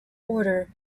order